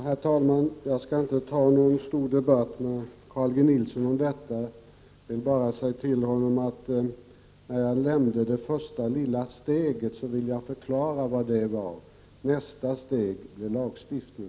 Herr talman! Jag skall inte ta upp någon stor debatt med Carl G Nilsson utan bara säga, att när jag talade om det första lilla steget, ville jag förklara vad det innebar. Nästa steg blir lagstiftning.